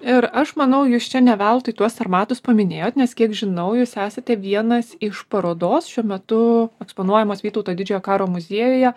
ir aš manau jūs čia ne veltui tuos sarmatus paminėjot nes kiek žinau jūs esate vienas iš parodos šiuo metu eksponuojamos vytauto didžiojo karo muziejuje